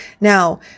Now